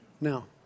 Now